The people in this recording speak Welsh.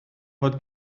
bod